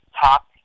top